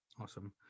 Awesome